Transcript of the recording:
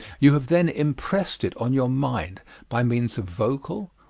you have then impressed it on your mind by means of vocal,